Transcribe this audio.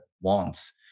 wants